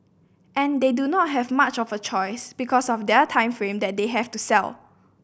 and they do not have much of a choice because of their time frame that they have to sell